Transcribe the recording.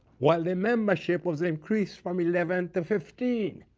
while the membership was increased from eleven to fifteen.